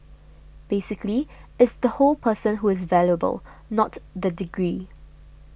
basically it's the whole person who is valuable not the degree